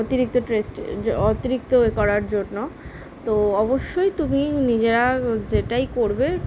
অতিরিক্ত স্ট্রেস জ অতিরিক্ত এ করার জন্য তো অবশ্যই তুমি নিজেরা যেটাই করবে